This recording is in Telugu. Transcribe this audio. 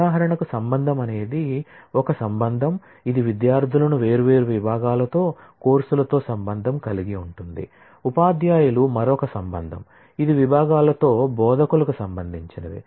ఉదాహరణకు రిలేషన్ అనేది ఒక రిలేషన్ ఇది విద్యార్థులను వేర్వేరు విభాగాలతో కోర్సులతో రిలేషన్ కలిగి ఉంటుంది ఉపాధ్యాయులు మరొక రిలేషన్ ఇది విభాగాలతో బోధకులకు సంబంధించినది